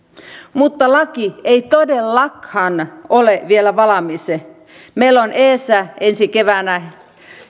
mutta laki ei todellakaan ole vielä valmis meillä on edessä ensi keväänä